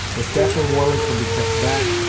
if captain warley can be kept back,